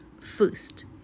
first